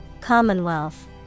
commonwealth